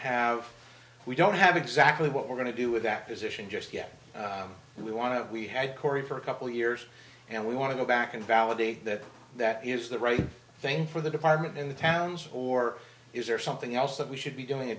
have we don't have exactly what we're going to do with that position just yet we want to we had corey for a couple years and we want to go back and validate that that is the right thing for the department in the towns or is there something else that we should be doing a